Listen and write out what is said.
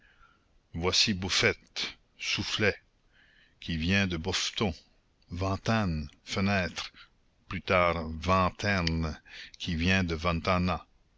voici boffette soufflet qui vient de bofeton vantane fenêtre plus tard vanterne qui vient de